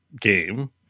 game